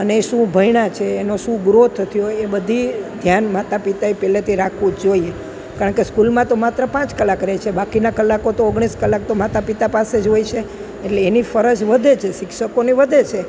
અને એ શું ભણ્યાં છે એનો શું ગ્રોથ થયો એ બધી ધ્યાન માતા પિતાએ પહેલેથી રાખવું જ જોઈએ કારણ કે સ્કૂલમાં તો માત્ર પાંચ કલાક રહે છે બાકીના કલાકો તો ઓગણીસ કલાક તો માતા પિતા પાસે જ હોય છે એટલે એની ફરજ વધે છે શિક્ષકોની વધે છે